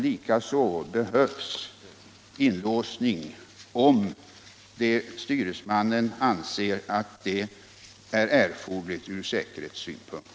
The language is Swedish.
Likaså kan inlåsning tillgripas om styresmannen anser att det är erforderligt ur säkerhetssynpunkt.